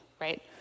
right